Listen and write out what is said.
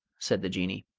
said the jinnee.